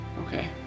Okay